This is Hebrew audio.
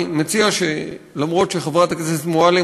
אני מציע שלמרות העובדה שחברת הכנסת מועלם,